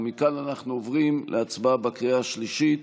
ומכאן אנחנו עוברים להצבעה בקריאה השלישית